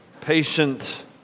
Patient